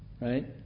Right